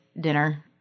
dinner